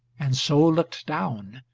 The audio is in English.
and so looked down,